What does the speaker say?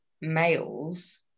males